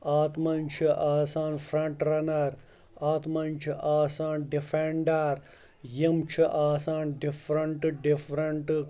اَتھ منٛز چھِ آسان فرٛٮ۪نٛٹ رَنَر اَتھ منٛز چھِ آسان ڈِفٮ۪نڈَر یِم چھِ آسان ڈِفرَنٛٹ ڈِفرَنٛٹ